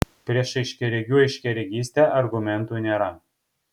prieš aiškiaregių aiškiaregystę argumentų nėra